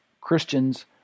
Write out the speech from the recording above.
Christians